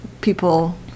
people